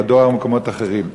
אם בדואר או במקומות אחרים.